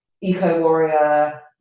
eco-warrior